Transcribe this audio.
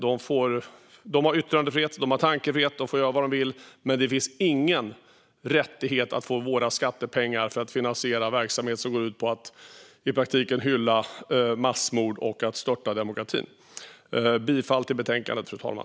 De har yttrandefrihet och tankefrihet och får göra vad de vill, men det finns ingen rättighet till våra skattepengar för att finansiera verksamhet som i praktiken går ut på att hylla massmord och störta demokratin. Jag yrkar bifall till förslaget i betänkandet, fru talman.